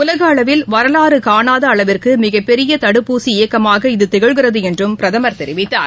உலகஅளவில் வரலாறுகாணாதஅளவிற்குமிகப்பெரியதடுப்பூசி இயக்கமாக இது திகழ்கிறதுஎன்றும் பிரதமள் தெரிவித்தார்